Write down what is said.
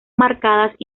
marcadas